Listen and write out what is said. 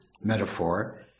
metaphor